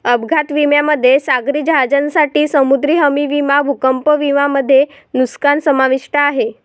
अपघात विम्यामध्ये सागरी जहाजांसाठी समुद्री हमी विमा भूकंप विमा मध्ये नुकसान समाविष्ट आहे